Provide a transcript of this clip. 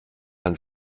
man